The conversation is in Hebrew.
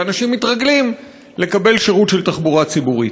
ואנשים מתרגלים לקבל שירות של תחבורה ציבורית.